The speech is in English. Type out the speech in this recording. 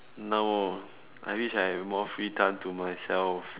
no I wish I had more free time to myself